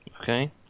Okay